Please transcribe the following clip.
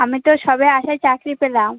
আমি তো তবে আশায় চাকরি পেলাম